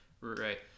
right